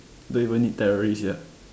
don't even need terrorist sia